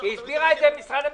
שיהיו מקרים שבהם השר ירצה להאריך,